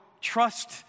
trust